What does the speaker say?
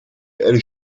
elle